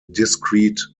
discrete